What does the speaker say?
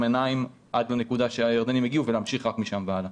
עיניים עד לנקודה שהירדנים הגיעו ולהמשיך רק משם והלאה.